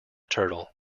turtle